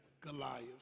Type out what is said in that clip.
Goliath